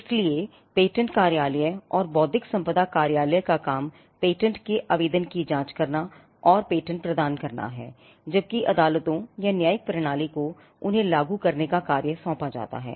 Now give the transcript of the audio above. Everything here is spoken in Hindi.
इसलिए पेटेंट कार्यालय और बौद्धिक संपदा कार्यालय का काम पेटेंट आवेदन की जांच करना और पेटेंट प्रदान करना है जबकि अदालतों या न्यायिक प्रणाली को उन्हें लागू करने का कार्य सौंपा जाता है